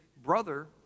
brother